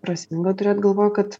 prasminga turėt galvoj kad